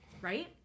right